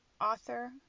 author